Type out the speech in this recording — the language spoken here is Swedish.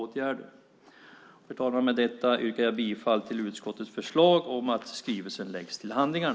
Herr talman! Med detta yrkar jag bifall till utskottets förslag om att skrivelsen läggs till handlingarna.